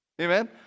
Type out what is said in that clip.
Amen